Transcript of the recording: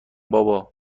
بابا